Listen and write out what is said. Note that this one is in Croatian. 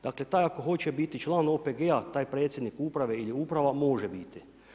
Dakle taj ako hoće biti član OPG-a taj predsjednik uprave ili uprava može biti.